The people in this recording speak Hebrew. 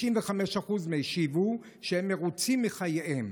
95% השיבו שהם מרוצים מחייהם,